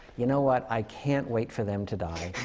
you know what? i can't wait for them to die.